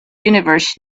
universe